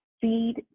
Feed